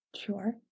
Sure